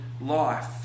life